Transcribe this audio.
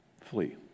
Flee